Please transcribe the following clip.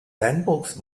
sandboxed